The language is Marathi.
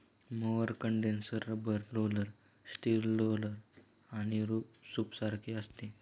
mower condenser rubber roller, steel roller आणि सूपसारखे असते